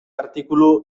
artikulu